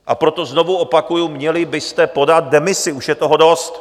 A proto znovu opakuji, měli byste podat demisi, už je toho dost.